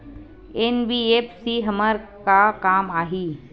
NBFC हमर का काम आही?